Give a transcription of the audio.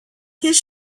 his